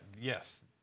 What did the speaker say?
yes